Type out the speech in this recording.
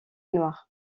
noire